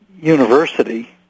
university